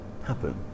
Happen